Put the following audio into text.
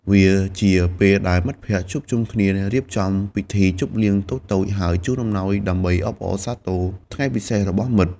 វាជាពេលដែលមិត្តភក្តិជួបជុំគ្នា រៀបចំពិធីជប់លៀងតូចៗ ហើយជូនអំណោយដើម្បីអបអរសាទរថ្ងៃពិសេសរបស់មិត្ត។